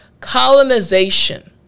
Colonization